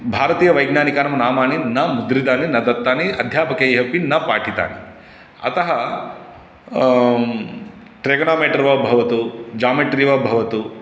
भारतीयवैज्ञानिकानां नामानि न मुद्रितानि न दत्तानि अध्यापकैः अपि न पाठितानि अतः ट्रिग्नोमीटर् वा भवतु ज्यामिट्री वा भवतु